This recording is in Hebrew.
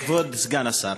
כבוד סגן השר,